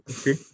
okay